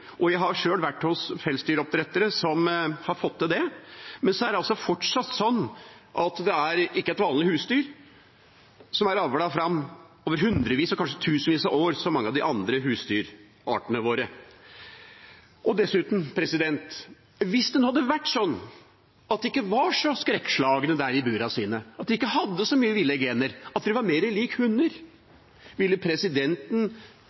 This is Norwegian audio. – jeg har sjøl vært hos pelsdyroppdrettere som har fått til det – er det fortsatt sånn at det ikke er et vanlig husdyr som er avlet fram over hundrevis, kanskje tusenvis, av år, som mange av de andre husdyrartene våre. Dessuten: Hvis det nå hadde vært sånn at de ikke var så skrekkslagne der i burene sine, at de ikke hadde så mange ville gener, at de var mer lik hunder, ville presidenten